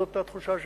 זאת התחושה שלי.